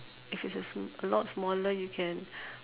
if it's a s~ a lot smaller you can